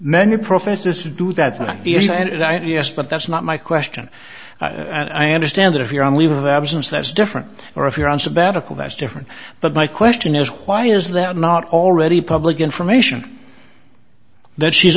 many professors do that and i do yes but that's not my question and i understand if you're on leave of absence that's different or if you're on sabbatical that's different but my question is why is there not already public information that she's